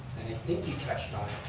think you touched on